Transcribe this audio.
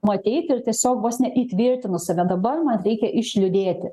nu ateiti ir tiesiog vos ne įtvirtinu save dabar man reikia išliūdėti